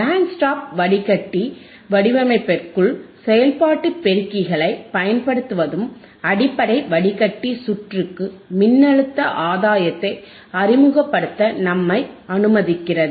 pant stop வடிகட்டி வடிவமைப்பிற்குள் செயல்பாட்டு பெருக்கிகளை பயன்படுத்துவதும் அடிப்படை வடிகட்டி சுற்றுக்கு மின்னழுத்த ஆதாயத்தை அறிமுகப்படுத்த நம்மை அனுமதிக்கிறது